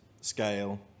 scale